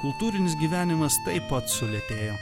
kultūrinis gyvenimas taip pat sulėtėjo